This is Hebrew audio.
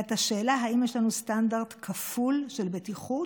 את השאלה האם יש לנו סטנדרט כפול של בטיחות